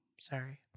Sorry